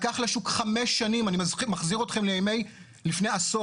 כי הם ייצרו נזק של הרבה יותר יחידות.